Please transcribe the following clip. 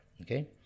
okay